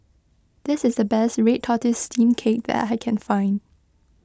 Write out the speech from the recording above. this is the best Red Tortoise Steamed Cake that I can find